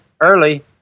early